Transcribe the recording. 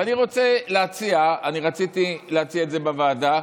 ואני רוצה להציע, אני רציתי להציע את זה בוועדה,